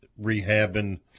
rehabbing